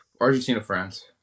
Argentina-France